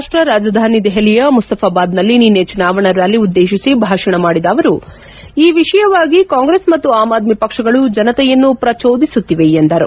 ರಾಷ್ಷ ರಾಜಧಾನಿ ದೆಹಲಿಯ ಮುಸ್ತಫಾಬಾದ್ನಲ್ಲಿ ನಿನ್ನೆ ಚುನಾವಣಾ ರ್ಕಾಲಿ ಉದ್ದೇಶಿಸಿ ಭಾಷಣ ಮಾಡಿದ ಅವರು ಈ ವಿಷಯವಾಗಿ ಕಾಂಗ್ರೆಸ್ ಮತ್ತು ಆಮ್ ಆದ್ಮಿ ಪಕ್ಷಗಳು ಜನತೆಯನ್ನು ಪ್ರಚೋದಿಸುತ್ತಿವೆ ಎಂದರು